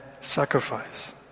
sacrifice